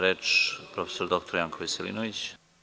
Reč ima prof. dr Janko Veselinović.